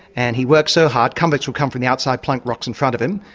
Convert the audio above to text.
and he worked so hard, convicts would come from the outside, plonk rocks in front of him,